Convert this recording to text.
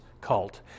cult